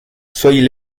soyez